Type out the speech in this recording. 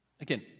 Again